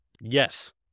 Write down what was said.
Yes